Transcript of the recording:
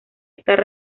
estar